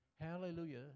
Hallelujah